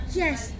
yes